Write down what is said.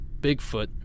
Bigfoot